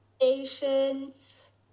Patience